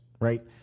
right